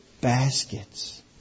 baskets